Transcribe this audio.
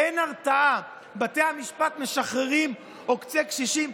אין הרתעה, בתי המשפט משחררים עוקצי קשישים.